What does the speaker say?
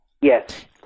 Yes